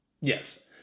Yes